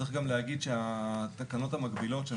צריך גם להגיד שהתקנות המקבילות,